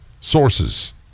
Sources